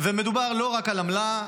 ומדובר לא רק על עמלה,